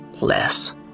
less